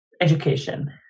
education